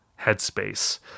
headspace